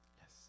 Yes